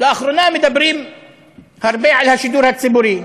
לאחרונה מדברים הרבה על השידור הציבורי,